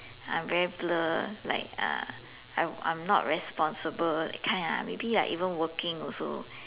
I'm very blur like uh I'm not responsible that kind lah maybe like even working also